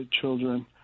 Children